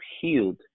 healed